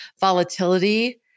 volatility